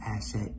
asset